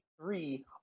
three